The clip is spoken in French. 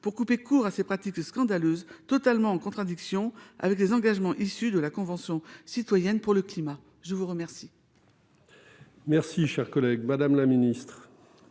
un terme à ces pratiques scandaleuses, totalement en contradiction avec les engagements issus de la Convention citoyenne pour le climat. La parole